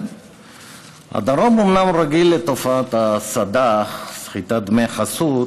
הדרום אומנם רגיל לתופעת הסד"ח, סחיטת דמי חסות,